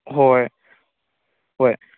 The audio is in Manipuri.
ꯍꯣꯏ ꯍꯣꯏ ꯍꯣꯏ